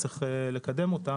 צריך לקדם אותן.